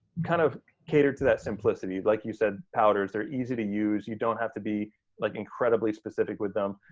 kind of catered to that simplicity. like you said, powders, they're easy to use, you don't have to be like incredibly specific with them.